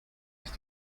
ist